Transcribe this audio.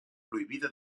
prohibida